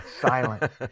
silent